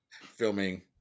filming